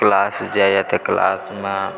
class जाइए तऽ क्लासमे